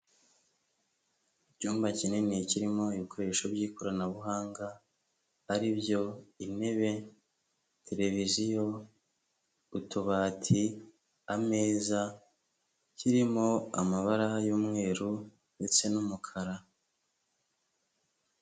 Icyumba kinini kirimo ibikoresho by'ikoranabuhanga, ari byo intebe, televiziyo, utubati, ameza, kirimo amabara y'umweru ndetse n'umukara.